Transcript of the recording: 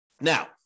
Now